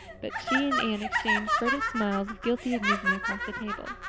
but she and anne exchanged furtive smiles of guilty amusement across the table.